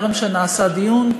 טרם נעשה דיון,